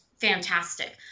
fantastic